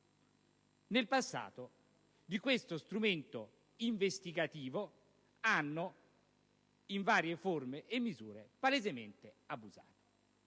nel passato di questo strumento investigativo hanno, in varie forme e misure, palesemente abusato.